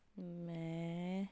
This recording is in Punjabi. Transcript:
ਮੈਂ